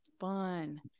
fun